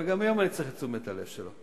אבל גם היום אני צריך את תשומת הלב שלו.